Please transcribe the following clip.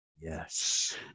Yes